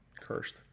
cursed